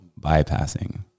bypassing